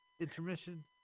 Intermission